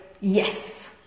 yes